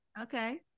Okay